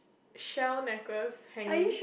shell necklace hanging